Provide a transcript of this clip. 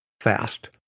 fast